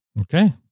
Okay